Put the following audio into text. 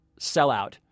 sellout